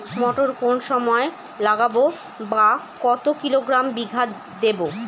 মটর কোন সময় লাগাবো বা কতো কিলোগ্রাম বিঘা দেবো?